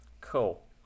Cool